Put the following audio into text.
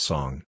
Song